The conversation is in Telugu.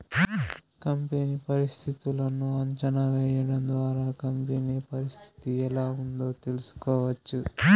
కంపెనీ పరిస్థితులను అంచనా వేయడం ద్వారా కంపెనీ పరిస్థితి ఎలా ఉందో తెలుసుకోవచ్చు